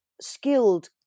skilled